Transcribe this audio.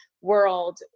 world